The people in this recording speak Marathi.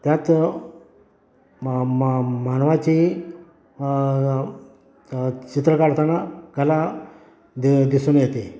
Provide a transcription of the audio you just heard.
त्यात म म मानवाची चित्र काढताना कला दे दिसून येते